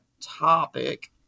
topic